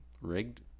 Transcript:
rigged